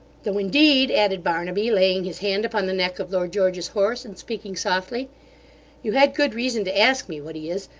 though, indeed added barnaby, laying his hand upon the neck of lord george's horse, and speaking softly you had good reason to ask me what he is,